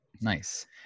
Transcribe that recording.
Nice